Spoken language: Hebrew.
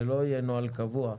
זה לא יהיה נוהל קבוע.